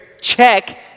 check